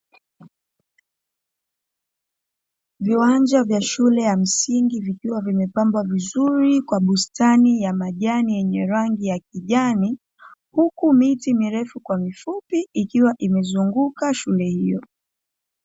Viwanja vya shule ya msingi vikiwa vimepambwa vizuri kwa bustani ya majani yenye rangi ya kijani, huku miti mirefu kwa mifupi ikiwa umezunguka shule hiyo.